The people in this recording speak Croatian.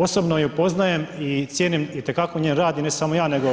Osobno ju poznajem i cijenim itekako njen rad i ne samo ja nego